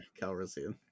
Calrissian